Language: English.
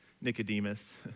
Nicodemus